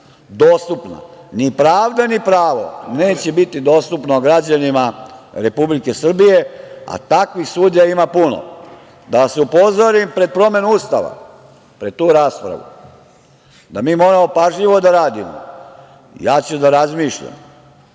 dostupna, ni pravda ni pravo, neće biti dostupno građanima Republike Srbije, a takvih sudija ima puno. Da vas upozorim pred promenu Ustava, pred tu raspravu, da mi moramo pažljivo da radimo. Ja ću da razmišljam,